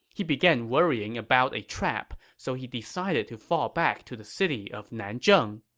he began worrying about a trap, so he decided to fall back to the city of nanzheng.